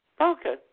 Okay